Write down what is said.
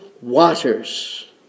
waters